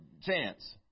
chance